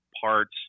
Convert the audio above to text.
parts